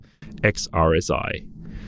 XRSI